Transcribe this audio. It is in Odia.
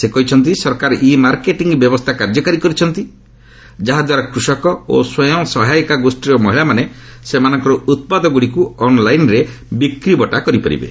ସେ କହିଛନ୍ତି ସରକାର ଇ ମାର୍କେଟିଂ ବ୍ୟବସ୍ଥା କାର୍ଯ୍ୟକାରୀ କରିଛନ୍ତି ଯାହାଦ୍ୱାରା କୃଷକ ଓ ସ୍ୱୟଂ ସହାୟିକା ଗୋଷୀର ମହିଳାମାନେ ସେମାନଙ୍କର ଉତ୍ପାଦଗୁଡ଼ିକୁ ଅନ୍ଲାଇନ୍ରେ ବିକ୍ରିବଟା କରିପାରିବେ